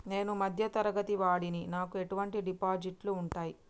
నేను మధ్య తరగతి వాడిని నాకు ఎటువంటి డిపాజిట్లు ఉంటయ్?